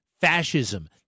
fascism